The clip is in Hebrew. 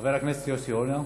חבר הכנסת יוסי יונה.